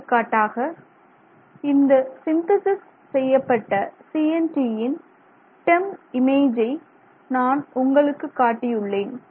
எடுத்துக்காட்டாக இந்த சிந்தேசிஸ் செய்யப்பட்ட CNT யின் TEM இமேஜை நான் உங்களுக்கு காட்டியுள்ளேன்